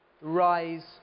rise